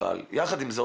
אבל יחד עם זאת,